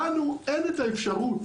לנו את האפשרות